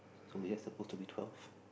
so yes supposed to be twelve